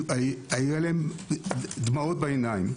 היו להם דמעות בעיניים.